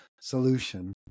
solution